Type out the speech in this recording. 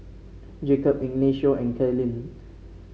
Jacob Ignacio and Kaylynn